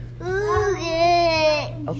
Okay